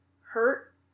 hurt